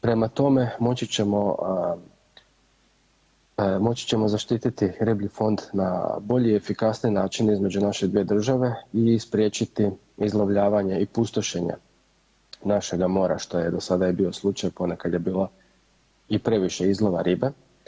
Prema tome, moći ćemo, moći ćemo zaštititi riblji fond na bolji i efikasniji način između naše dvije države i spriječiti izlovljavanje i pustošenje našega mora, što je do sada i bio slučaj, ponekad je bilo i previše izlova ribe.